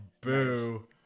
boo